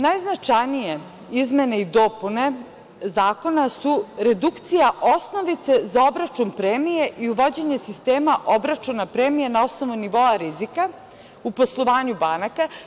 Najznačajnije izmene i dopune zakona su redukcija osnovice za obračun premije i uvođenje sistema obračuna premije na osnovu nivoa rizika u poslovanju banaka.